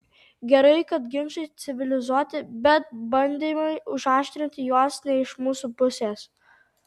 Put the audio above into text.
gerai kad ginčai civilizuoti bet bandymai užaštrinti juos ne iš mūsų pusės